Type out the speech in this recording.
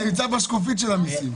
אתה נמצא בשקופית של המיסים.